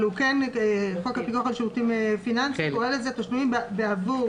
אבל חוק הפיקוח על שירותים פיננסיים קורא לזה תשלומים בעבור